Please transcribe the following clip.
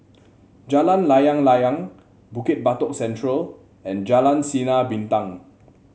Jalan Layang Layang Bukit Batok Central and Jalan Sinar Bintang